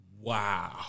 Wow